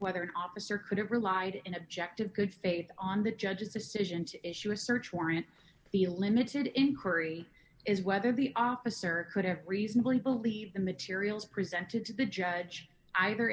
whether an officer could have relied in objective good faith on the judge's decision to issue a search warrant the limited inquiry is whether the officer could have reasonably believe the materials presented to the judge either